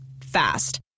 Fast